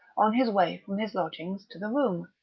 on his way from his lodgings to the room,